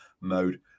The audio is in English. mode